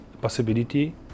possibility